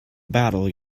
battle